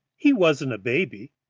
he wasn't a baby.